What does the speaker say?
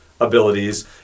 abilities